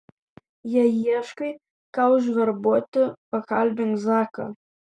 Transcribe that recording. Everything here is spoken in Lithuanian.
jei ieškai ką užverbuoti pakalbink zaką